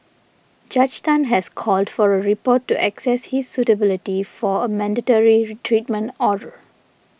Judge Tan has called for a report to access his suitability for a mandatory treatment order